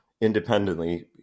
independently